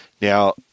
Now